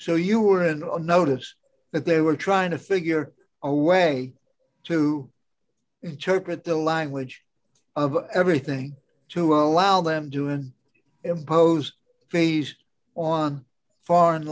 so you were in on notice that they were trying to figure a way to interpret the language of everything to allow them to an imposed phase on foreign